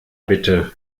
bitte